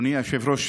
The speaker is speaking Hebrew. אדוני היושב-ראש,